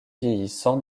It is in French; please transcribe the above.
vieillissant